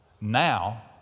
Now